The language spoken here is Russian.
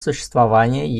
существование